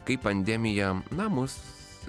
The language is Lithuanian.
kaip pandemija na mus